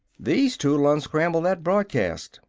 these two'll unscramble that broadcast,